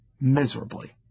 miserably